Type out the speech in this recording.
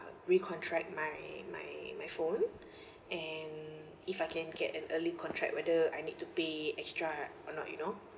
recontract my my my phone and if I can get an early contract whether I need to pay extra or not you know